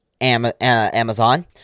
Amazon